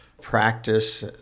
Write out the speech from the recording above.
practice